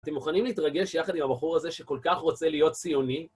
אתם מוכנים להתרגש יחד עם הבחור הזה שכל כך רוצה להיות ציוני?